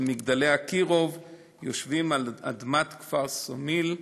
ו"מגדלי אקירוב" יושבים על אדמת הכפר סומייל,